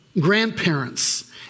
grandparents